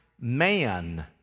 man